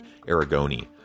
Aragoni